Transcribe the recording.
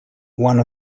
one